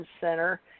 Center